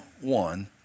one